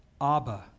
Abba